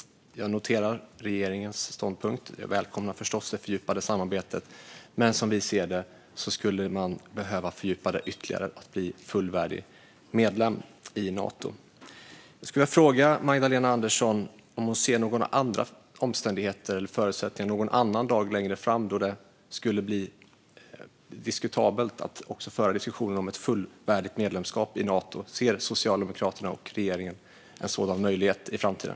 Jag noterar regeringens ståndpunkt och välkomnar förstås det fördjupade samarbetet, men som vi ser det skulle man behöva fördjupa det ytterligare till att Sverige blir fullvärdig medlem i Nato. Jag skulle vilja fråga Magdalena Andersson om hon ser några andra omständigheter eller förutsättningar, någon annan dag längre fram, som skulle göra det möjligt att föra diskussionen om ett fullvärdigt medlemskap i Nato. Ser Socialdemokraterna och regeringen en sådan möjlighet i framtiden?